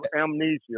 amnesia